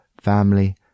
family